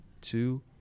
two